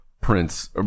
Prince